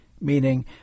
meaning